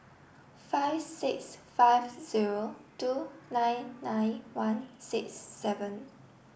five six five zero two nine nine one six seven